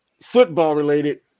football-related –